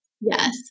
yes